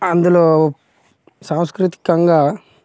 అందులో సాంస్కృతికంగా